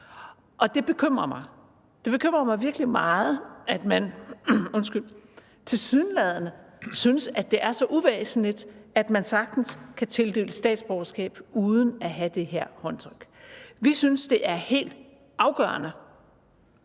Det bekymrer mig. Det bekymrer mig virkelig meget, at man tilsyneladende synes, at det er så uvæsentligt, så man sagtens kan tildele statsborgerskab uden at have det her håndtryk. Vi synes, at det er helt afgørende,